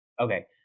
Okay